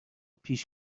پیش